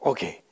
Okay